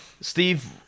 Steve